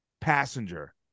passenger